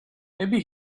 maybe